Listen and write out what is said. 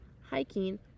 hiking